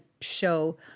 show